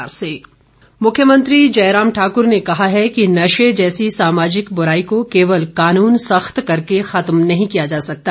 मुख्यमंत्री मुख्यमंत्री जयराम ठाकुर ने कहा है कि नशे जैसी सामाजिक बुराई को केवल कानून सख्त करके खत्म नहीं किया जा सकता